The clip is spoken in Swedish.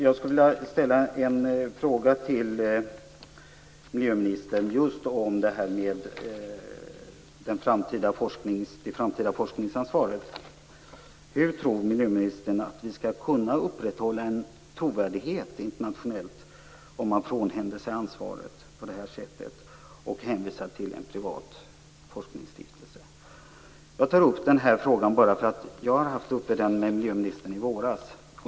Jag skulle vilja ställa en fråga till miljöministern om det framtida forskningsansvaret. Hur tror miljöministern att vi skall kunna upprätthålla en trovärdighet internationellt om man frånhänder sig ansvaret på detta sätt och hänvisar till en privat forskningsstiftelse? Jag tar upp frågan på nytt, eftersom jag har haft den uppe med miljöministern i våras.